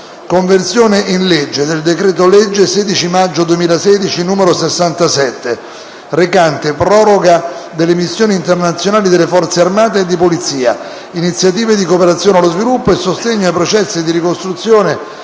«Conversione in legge del decreto-legge 16 maggio 2016, n. 67, recante proroga delle missioni internazionali delle Forze armate e di polizia, iniziative di cooperazione allo sviluppo e sostegno ai processi di ricostruzione